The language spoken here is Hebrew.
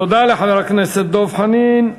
תודה לחבר הכנסת דב חנין.